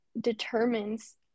determines